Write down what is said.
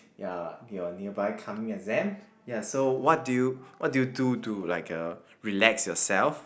ya your nearby coming exam ya so what do you what do you do to like uh relax yourself